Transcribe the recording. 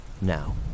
Now